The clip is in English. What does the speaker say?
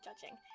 judging